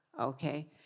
okay